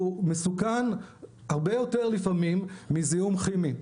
הוא מסוכן הרבה יותר לפעמים מזיהום כימי,